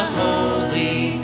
holy